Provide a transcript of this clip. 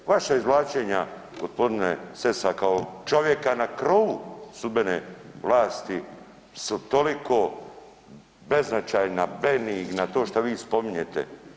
Vaša izvlačenja gospodine Sessa kao čovjeka na krovu sudbene vlasti su toliko beznačajna, benigna to što vi spominjete.